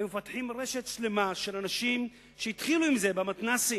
היו מפתחים רשת שלמה של אנשים שהתחילו עם זה במתנ"סים,